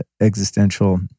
existential